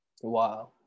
Wow